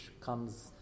comes